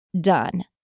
done